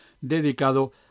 dedicado